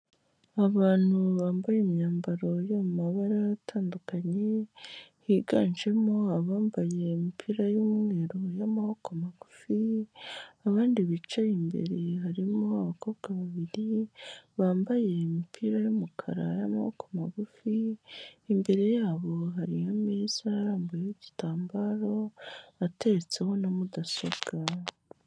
Abantu bambaye imyambaro yo mu mabara atandukanye, higanjemo abambaye imipira y'umweru y'amaboko magufi abandi bicaye imbere harimo abakobwa babiri bambaye imipira y'umukara y'amaboko magufi, imbere yabo hariyo ameza arambuyeho igitambaro ateretseho na mudasobwa.